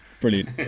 Brilliant